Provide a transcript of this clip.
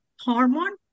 hormone